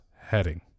heading